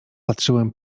patrzyłem